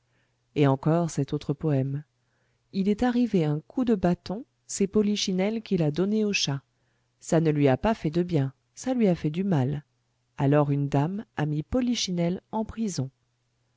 et encore cet autre poème il est arrivé un coup de bâton c'est polichinelle qui l'a donné au chat ça ne lui a pas fait de bien ça lui a fait du mal alors une dame a mis polichinelle en prison